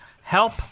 help